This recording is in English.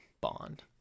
bond